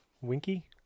Winky